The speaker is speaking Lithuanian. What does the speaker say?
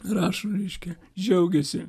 rašo reiškia džiaugiasi